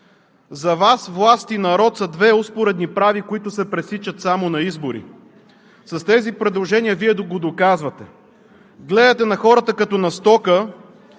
За Вас власт и народ са две успоредни прави, които се пресичат само на избори. С тези предложения Вие го доказвате. Гледате на хората като на стока